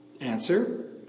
Answer